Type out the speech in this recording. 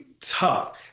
tough